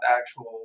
actual